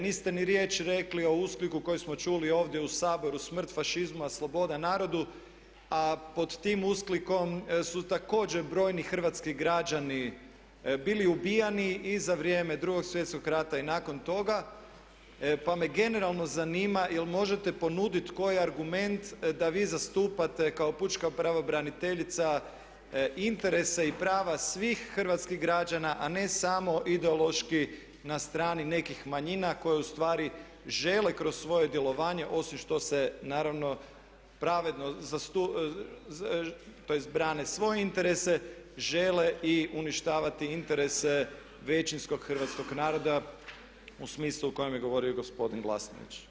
Niste ni riječi rekli o uskliku koji smo čuli ovdje u Saboru "Smrt fašizmu a sloboda narodu" a pod tim usklikom su također brojni hrvatski građani bili ubijani i za vrijeme Drugog svjetskog rata i nakon toga pa me generalno zanima je li možete ponuditi koji argument da vi zastupate kao pučka pravobraniteljica interese i prava svih hrvatskih građana a ne samo ideološki na strani nekih manjina koje ustvari žele kroz svoje djelovanje osim što se pravedno, tj. brane svoje interese žele i uništavati interese većinskog hrvatskog naroda u smislu o kojem je govorio i gospodin Glasnović.